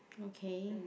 okay